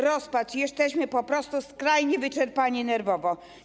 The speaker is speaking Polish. Rozpacz, jesteśmy po prostu skrajnie wyczerpani nerwowo.